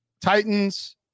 Titans